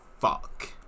Fuck